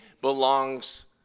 belongs